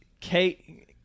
Kate